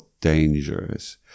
dangerous